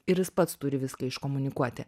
ir jis pats turi viską iškomunikuoti